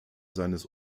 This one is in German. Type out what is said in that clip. seines